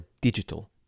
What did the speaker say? digital